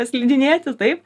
slidinėti taip